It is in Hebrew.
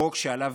החוק שעליו